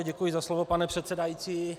Děkuji za slovo, pane předsedající.